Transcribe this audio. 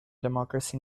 democracy